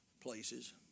places